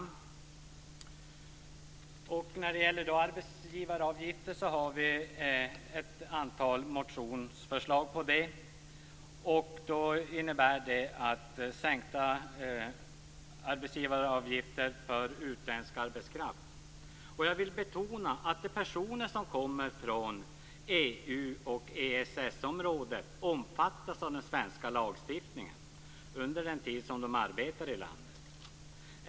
Det finns ett antal motionsförslag om arbetsgivaravgifter. Förslagen innebär sänkta arbetsgivaravgifter för utländsk arbetskraft. Jag vill betona att de personer som kommer från EU och EES-området omfattas av den svenska lagstiftningen under den tid som de arbetar i landet.